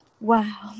wow